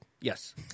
Yes